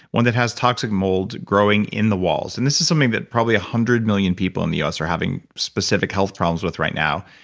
one that has toxic mold growing in the walls, and this is something that probably one hundred million people in the u s. are having specific health problems with right now.